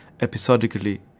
episodically